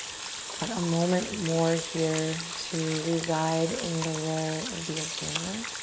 just but a moment more here to reside in the role of the observer.